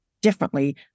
differently